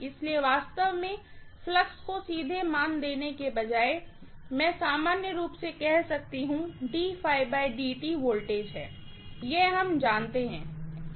इसलिए वास्तव में फ्लक्स को सीधे मान देने के बजाय मैं सामान्य रूप से कह सकती हूँ वोल्टेज है यह हम जानते हैं